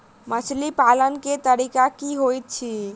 मछली पालन केँ तरीका की होइत अछि?